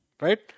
Right